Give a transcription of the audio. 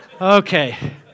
Okay